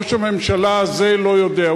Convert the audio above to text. שראש הממשלה הזה לא יודע.